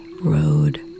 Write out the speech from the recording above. road